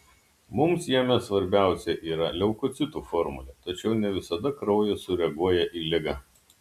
mums jame svarbiausia yra leukocitų formulė tačiau ne visada kraujas sureaguoja į ligą